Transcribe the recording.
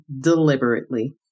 deliberately